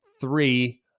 three